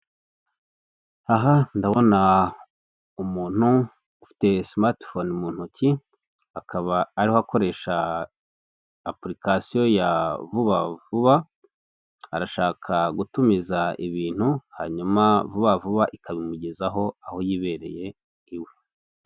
Aha ndabona umuntu ufite simatifone mu ntoki akaba ariho akoresha apurikasiyo ya vuba vuba arashaka gutumiza ibintu hanyuma vuba vuba ikabimugezaho aho yibereye iwe.